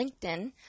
LinkedIn